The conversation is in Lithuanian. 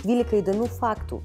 dvylika įdomių faktų